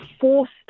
forced